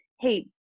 Hey